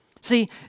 See